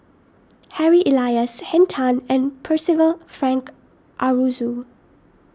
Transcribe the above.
Harry Elias Henn Tan and Percival Frank Aroozoo